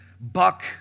buck